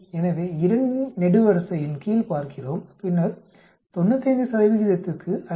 எனவே 2 இன் நெடுவரிசையின் கீழ் பார்க்கிறோம் பின்னர் 95 க்கு 5